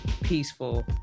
Peaceful